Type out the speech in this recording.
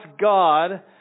God